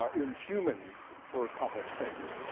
ah in humans for complex traits?